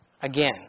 Again